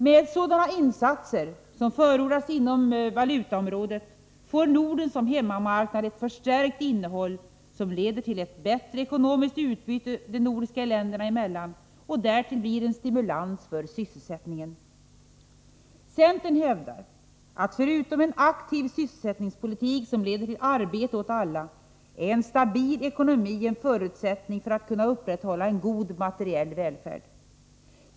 Med sådana insatser som förordas på valutaområdet får ”Norden som hemmamarknad” ett förstärkt innehåll som leder till ett bättre ekonomiskt utbyte de nordiska länderna emellan och därtill blir en stimulans för sysselsättningen. Centern hävdar att förutom en aktiv sysselsättningspolitik som leder till arbete åt alla är en stabil ekonomi en förutsättning för att kunna upprätthålla en god materiell välfärd.